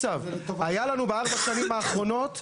היו לנו בארבע השנים האחרונות,